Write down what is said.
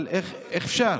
אבל איך אפשר?